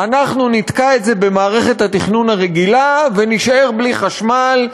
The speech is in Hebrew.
אנחנו נתקע את זה במערכת התכנון הרגילה ונישאר בלי חשמל,